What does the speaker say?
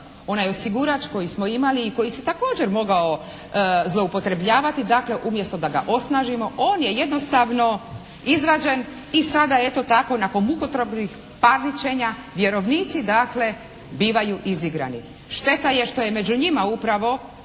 Onaj osigurač koji smo imali i koji se također mogao zloupotrebljavati dakle umjesto da ga osnažimo on je jednostavno izvađen i sada eto tako nakon mukotrpnih parničenja vjerovnici dakle bivaju izigrani. Šteta je što je među njima upravo